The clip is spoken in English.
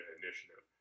initiative